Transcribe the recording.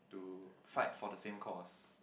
to fight for the same course